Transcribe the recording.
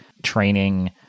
Training